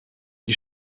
die